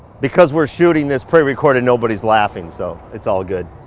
because we're shooting this pre-recorded nobody's laughing so it's all good.